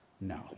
No